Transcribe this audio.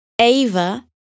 Ava